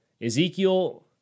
Ezekiel